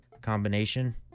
combination